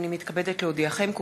הנני מתכבדת להודיעכם,